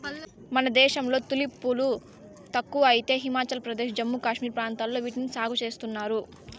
మన దేశంలో తులిప్ పూలు తక్కువ అయితే హిమాచల్ ప్రదేశ్, జమ్మూ కాశ్మీర్ ప్రాంతాలలో వీటిని సాగు చేస్తున్నారు